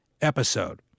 episode